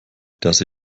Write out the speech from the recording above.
dass